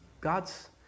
God's